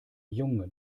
junge